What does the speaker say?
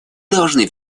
должны